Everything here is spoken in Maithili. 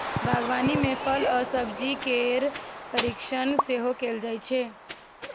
बागवानी मे फल आ सब्जी केर परीरक्षण सेहो कैल जाइ छै